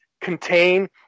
contain